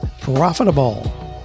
profitable